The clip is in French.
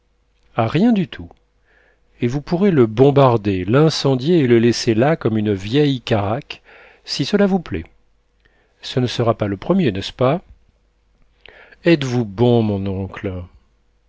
rien du tout et vous pourrez le bombarder l'incendier et le laisser là comme une vieille caraque si cela vous plaît ce ne sera pas le premier n'est-ce pas êtes-vous bon mon oncle